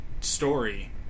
story